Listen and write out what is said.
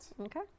Okay